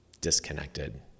disconnected